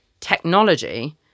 technology